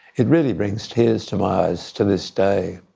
it really brings tears to my eyes to this day.